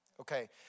Okay